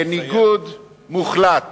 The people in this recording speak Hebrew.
בניגוד מוחלט